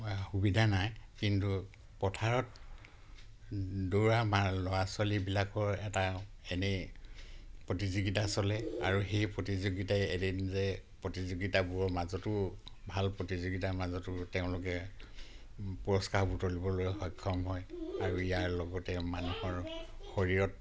সুবিধা নাই কিন্তু পথাৰত দৌৰা বা ল'ৰা ছোৱালীবিলাকৰ এটা এনে প্ৰতিযোগিতা চলে আৰু সেই প্ৰতিযোগিতাই এদিন যে প্ৰতিযোগিতাবোৰৰ মাজতো ভাল প্ৰতিযোগিতাৰ মাজতো তেওঁলোকে পুৰস্কাৰ বুটলিবলৈ সক্ষম হয় আৰু ইয়াৰ লগতে মানুহৰ শৰীৰত